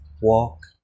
walk